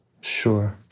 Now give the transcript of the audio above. Sure